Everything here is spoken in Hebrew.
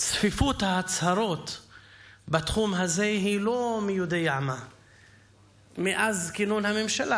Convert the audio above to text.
צפיפות ההצהרות בתחום הזה היא לא מי יודע מה מאז כינון הממשלה.